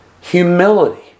Humility